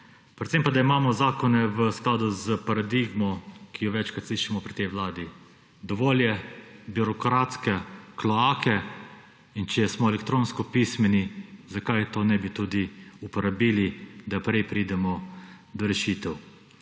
Predvsem pa da imamo zakone v skladu s paradigmo, ki jo večkrat slišimo pri tej vladi: dovolj je birokratske kloake in če smo elektronsko pismeni, zakaj to ne bi tudi uporabili, da prej pridemo do rešitev.